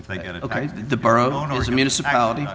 if they get it the bar owners municipality